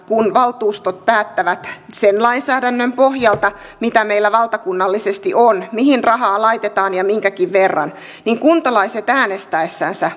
kun valtuustot päättävät sen lainsäädännön pohjalta mitä meillä valtakunnallisesti on mihin rahaa laitetaan ja minkäkin verran niin kuntalaiset äänestäessään